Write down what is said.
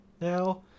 now